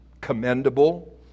commendable